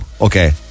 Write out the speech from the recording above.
Okay